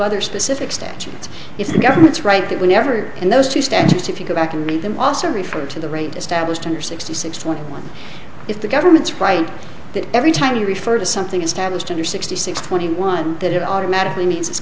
other specific statutes it's the government's right that we never in those two statutes if you go back and read them also refer to the rate established under sixty six twenty one if the government's right that every time you refer to something established under sixty six twenty one that it automatically